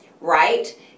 right